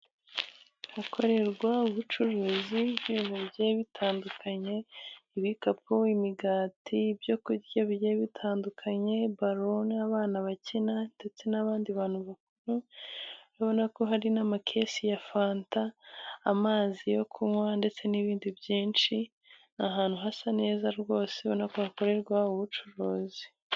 Ahakorerwa ubucuruzi bw'ibintu bigiye bitandukanye. Ibikapu, imigati, ibyorya bigiye bitandukanye, baro iy'abana bakina, ndetse n'abandi bantu bakuru. Urababona ko hari n'amakesi ya fanta, amazi yo kunywa, ndetse n'ibindi byinshi. Ni ahantu hasa neza rwose, ubona ko hakorerwa ubucuruzi.